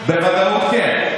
בוודאות כן.